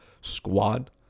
squad